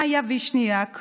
מאיה וישניאק